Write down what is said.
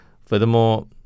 Furthermore